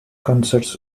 concerts